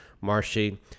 Marshy